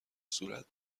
صورت